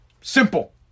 Simple